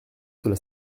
cela